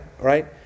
right